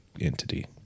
entity